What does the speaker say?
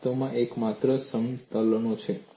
વાસ્તવમાં તે માત્ર એક સમતલો છે